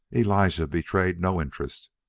elijah betrayed no interest,